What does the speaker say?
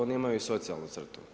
Oni imaju i socijalnu crtu.